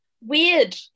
weird